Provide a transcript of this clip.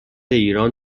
ایران